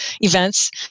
events